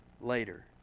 later